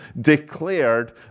declared